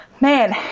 Man